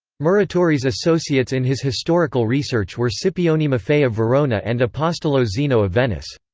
muratori's associates in his historical research were scipione maffei of verona and apostolo zeno of venice.